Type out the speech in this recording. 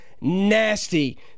nasty